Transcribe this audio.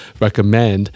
recommend